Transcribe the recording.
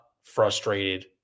frustrated